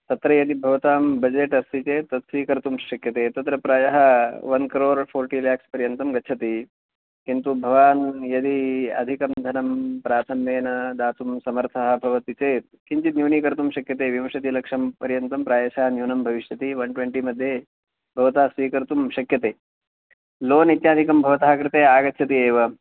तत्र यदि भवतां बजेट् अस्ति चेत् तत् स्वीकर्तुं शक्यते तत्र प्रायः वन् क्रोर् फ़ोर्टि लाक्स् पर्यन्तं गच्छति कन्तु भवान् यदि अधिकं धनं प्राथम्येन दातुं समर्थः भवति चेत् किञ्चित् न्यूनीकर्तुं शक्यते विंशतिलक्षं पर्यन्तं प्रायः न्यूनं भविष्यति वन् ट्वेन्टि मध्ये भवता स्वीकर्तुं शक्यते लोन् इत्यादिकं भवतः कृते आगच्छति एव